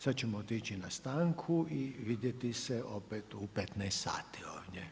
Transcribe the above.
Sada ćemo otići na stanku i vidjeti se opet u 15,00 sati ovdje.